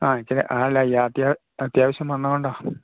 ആ ഇച്ചിരെ അല്ലല്ല അത്യാവശ്യം വന്നതുകൊണ്ടാണ്